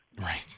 Right